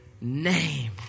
name